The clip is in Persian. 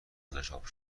ازشاب